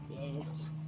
Yes